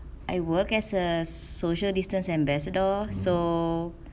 I work as a social distance ambassador so